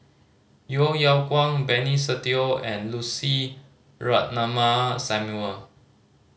Yeo Yeow Kwang Benny Se Teo and Lucy Ratnammah Samuel